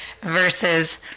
versus